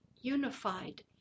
unified